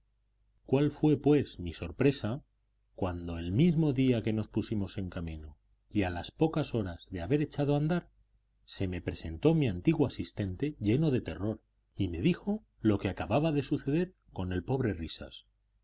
cuál fue pues mi sorpresa cuando el mismo día que nos pusimos en camino y a las pocas horas de haber echado a andar se me presentó mi antiguo asistente lleno de terror y me dijo lo que acababa de suceder con el pobre risas